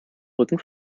rücken